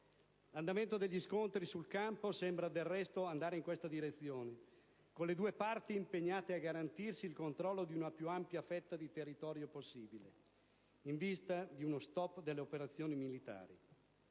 L'andamento degli scontri sul campo sembra del resto andare in questa direzione, con le due parti impegnate a garantirsi il controllo della più ampia fetta di territorio possibile in vista di uno stop delle operazioni militari.